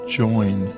join